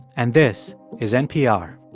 and this is npr